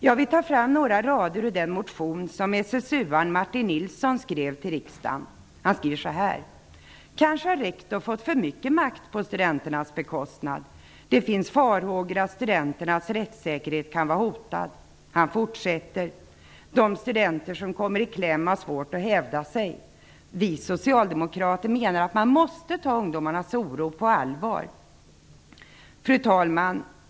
Jag vill ta fram några rader ur den motion som SSU-aren Martin Nilsson skrivit: Kanske har rektor fått för mycket makt på studenternas bekostnad. Det finns farhågor att studenternas rättssäkerhet kan vara hotad. Han fortsätter: De studenter som kommer i kläm har svårt att hävda sig. Vi socialdemokrater menar att man måste ta ungdomarnas oro på allvar. Herr talman!